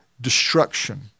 destruction